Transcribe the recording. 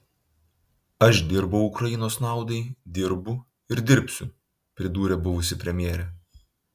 aš dirbau ukrainos naudai dirbu ir dirbsiu pridūrė buvusi premjerė